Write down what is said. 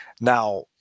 Now